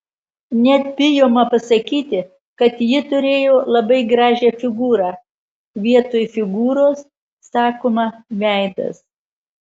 net bijoma pasakyti kad ji turėjo labai gražią figūrą vietoj figūros sakoma veidas